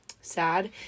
Sad